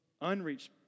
unreached